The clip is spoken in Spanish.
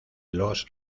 los